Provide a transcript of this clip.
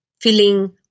feeling